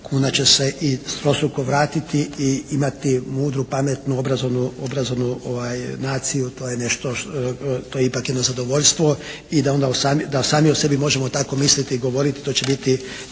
kuna će se i stostruko vratiti i imati mudru, pametnu obrazovnu naciju to je nešto, to je ipak jedno zadovoljstvo. I da onda o sami, da sami o sebi možemo tako misliti i govoriti to će biti,